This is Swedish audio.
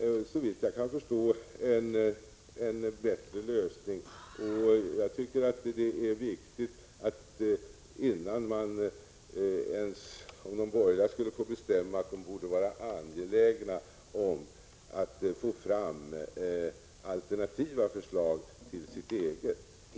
Såvitt jag kan förstå kommer den fråga det nu gäller att få en bättre lösning. Även om de borgerliga skulle få bestämma, tycker jag att de borde vara angelägna om att få fram alternativa förslag till sitt eget.